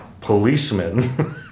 policemen